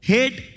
Hate